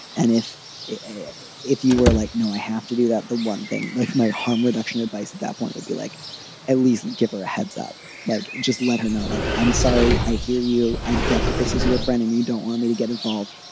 and if if you were like, no, i have to do that. the one thing they might harm reduction advice at that point would be like at least give her a heads up, like just let her know, like i'm sorry, i hear you. i get that this is your friend and you don't want me to get involved,